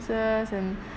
and